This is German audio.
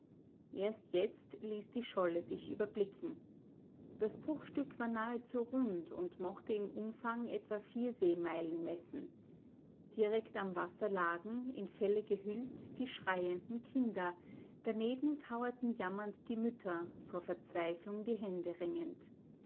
erst jetzt ließ die scholle sich überblicken das bruchstück war nahezu rund und mochte im umfang etwa vier seemeilen messen dicht am wasser lagen in felle gehüllt die schreienden kinder daneben kauerten jammernd die mütter vor verzweiflung die hände ringend